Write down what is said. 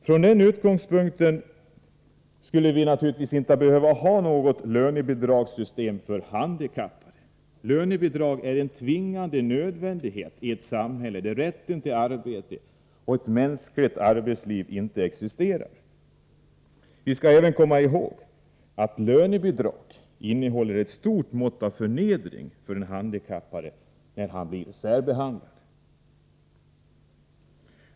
Från den utgångspunkten skulle vi naturligtvis inte behöva ha något lönebidragssystem för handikappade. Lönebidrag är en tvingande nödvändighet i ett samhälle där rätten till arbete”och ett mänskligt arbetsliv inte existerar. Vi skall även komma ihåg att lönebidrag innehåller ett stort mått av förnedring för de handikappade, eftersom de blir särbehandlade.